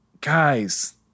guys